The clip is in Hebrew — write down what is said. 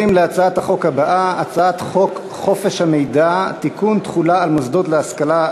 הצעת חוק נכסים של נספי השואה (השבה ליורשים והקדשה למטרות סיוע והנצחה)